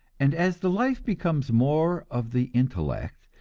and as the life becomes more of the intellect,